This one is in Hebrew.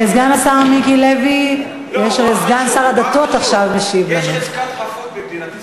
הוא רק חשוד, יש חזקת חפות במדינת ישראל.